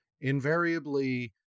invariably